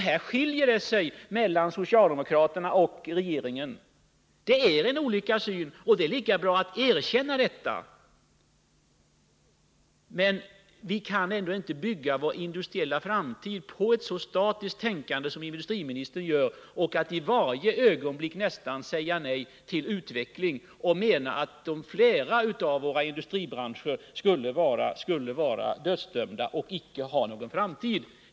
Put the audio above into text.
Här skiljer sig åsikterna mellan socialdemokraterna och regeringen. Det är lika bra att erkänna att vi har olika syn på saken. Men vi kan inte bygga vår Nr 164 industriella framtid på ett så statiskt tänkande som industriministern visar Torsdagen den upp genom att i nästan varje ögonblick säga nej till utveckling och mena att 5 juni 1980 flera av våra industribranscher skulle vara dödsdömda och icke ha någon framtid.